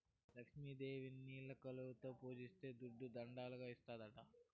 లక్ష్మి దేవిని నీలి కలువలలో పూజిస్తే దుడ్డు దండిగా ఇస్తాడట